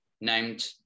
named